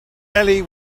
ellie